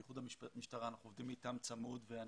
במיוחד המשטרה אתה אנחנו עובדים צמוד ויש